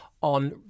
on